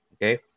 Okay